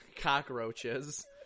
cockroaches